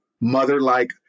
mother-like